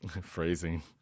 Phrasing